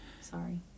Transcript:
Sorry